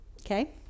Okay